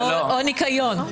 או ניקיון.